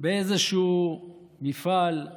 באיזשהו מפעל,